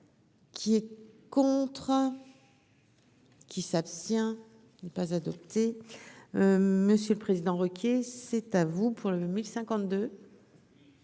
Qui est contre. Qui s'abstient n'est pas adopté, monsieur le Président, Ruquier, c'est à vous pour le 1052.